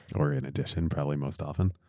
or in addition, probably most often.